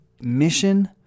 mission